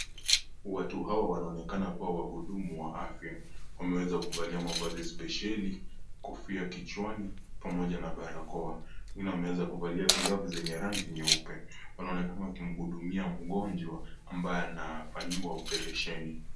Watu hao wanaonekana kuwa wahudumu wa afya. Wameweza kuvalia mavazi spesheli, kofia kichwani pamoja na barakoa. Wengine wameweza kuvalia glavu zenye rangi nyeupe. Wanaonekana wakimhudumia mgonjwa ambaye anafanyiwa operesheni.